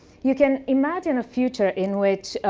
you can imagine a future in which